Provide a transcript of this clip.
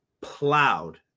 plowed